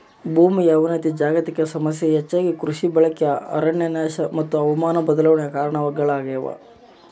ಭೂಮಿಯ ಅವನತಿಯು ಜಾಗತಿಕ ಸಮಸ್ಯೆ ಹೆಚ್ಚಾಗಿ ಕೃಷಿ ಬಳಕೆ ಅರಣ್ಯನಾಶ ಮತ್ತು ಹವಾಮಾನ ಬದಲಾವಣೆ ಕಾರಣಗುಳಾಗ್ಯವ